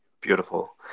Beautiful